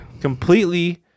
Completely